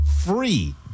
free